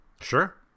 Sure